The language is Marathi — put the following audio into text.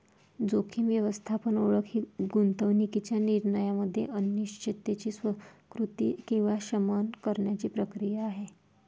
जोखीम व्यवस्थापन ओळख ही गुंतवणूकीच्या निर्णयामध्ये अनिश्चिततेची स्वीकृती किंवा शमन करण्याची प्रक्रिया आहे